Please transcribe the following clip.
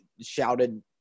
shouted